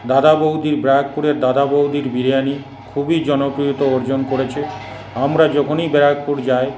দাদাবৌদির ব্যারাকপুরে দাদাবৌদির বিরিয়ানি খুবই জনপ্রিয়তা অর্জন করেছে আমরা যখনই ব্যারাকপুর যাই